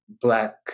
black